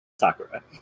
Sakura